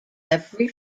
every